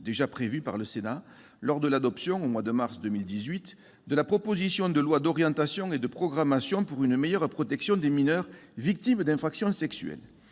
déjà prévus par le Sénat lors de l'adoption, au mois de mars 2018, de la proposition de loi d'orientation et de programmation pour une meilleure protection des mineurs victimes d'infractions sexuelles.